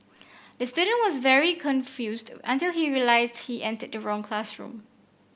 the student was very confused until he realised he entered the wrong classroom